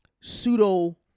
pseudo